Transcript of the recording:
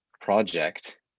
project